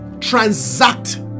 transact